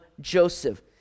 Joseph